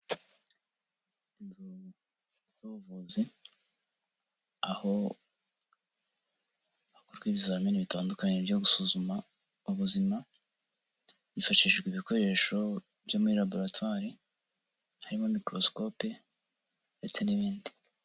Inzu z'ubuvuzi aho hakorwa ibizamini bitandukanye byo gusuzuma ubuzima hifashishijwe ibikoresho byo muri laboratwari, harimo mikorosikope ndetse n'ibindi.